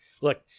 look